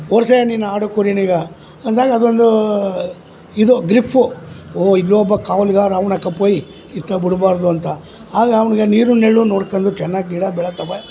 ಓಡಿಸಯ್ಯ ನೀನು ಆಡು ಕುರಿನೀಗ ಅಂದಾಗ ಅದು ಒಂದು ಇದು ಗ್ರಿಫ್ಫು ಓ ಇಲ್ಲೊಬ್ಬ ಕಾವಲುಗಾರ ಅವ್ನಕ್ಕಪ್ಪೋಯ್ ಇತ್ತ ಬಿಡಬಾರ್ದು ಅಂತ ಆಗ ಅವ್ನಿಗೆ ನೀರು ನೆರಳು ನೋಡ್ಕಂಡು ಚೆನ್ನಾಗ್ ಗಿಡ ಬೆಳಿತಾವೆ